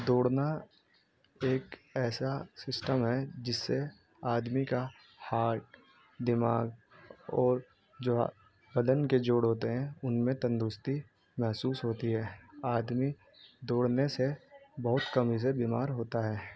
دوڑنا ایک ایسا سسٹم ہے جس سے آدمی کا ہارٹ دماغ اور جو بدن کے جوڑ ہوتے ہیں ان میں تندرستی محسوس ہوتی ہے آدمی دوڑنے سے بہت کمی سے بیمار ہوتا ہے